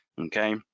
Okay